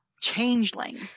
changeling